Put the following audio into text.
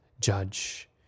judge